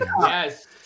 Yes